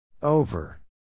Over